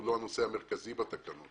הוא לא הנושא המרכזי בתקנות,